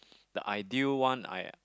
the ideal one I